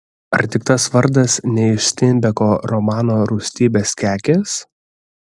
ar tik tas vardas ne iš steinbeko romano rūstybės kekės